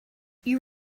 you